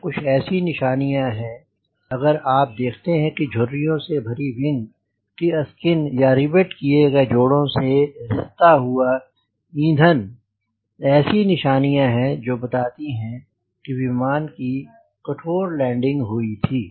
ये कुछ ऐसी निशानियां हैं अगर आप देखते हैं झुर्रियों से भरी हुई विंग की स्किन या रिवेट किए गए जोड़ों से रिश्ता हुआ इंधनईंधन ऐसी निशानियां है जो बताती हैं कि विमान की एक कठोर लैंडिंग हुई थी